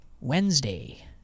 Wednesday